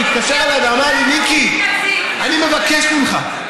הוא התקשר אליי ואמר לי: מיקי, אני מבקש ממך,